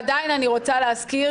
ועדיין אני רוצה להזכיר,